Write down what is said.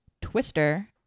twister